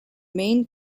main